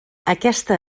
aquesta